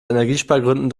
energiespargründen